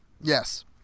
Yes